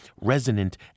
resonant